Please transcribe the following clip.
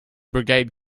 brigade